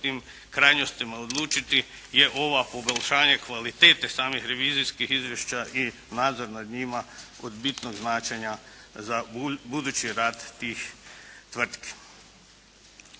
tim krajnostima odlučiti je ovo poboljšanje kvalitete samih revizijskih izvješća i nadzor nad njima od bitnog značenje za budući rad tih tvrtki.